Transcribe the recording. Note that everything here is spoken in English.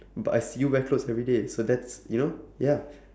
but I see you wear clothes everyday so that's you know ya